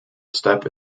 step